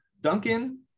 Duncan